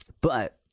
But-